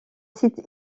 site